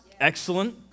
Excellent